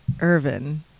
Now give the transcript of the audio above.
Irvin